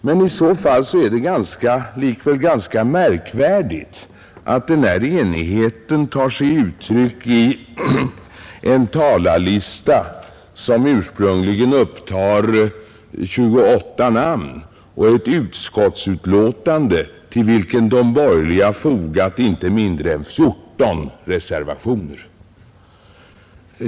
Men i så fall är det likväl ganska märkvärdigt att den här enigheten tar sig uttryck i en talarlista, som ursprungligen upptog 28 namn, och ett utskottsbetänkande, till vilket de borgerliga fogat inte mindre än 14 reservationer.